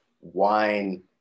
wine